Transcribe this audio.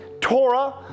Torah